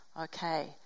okay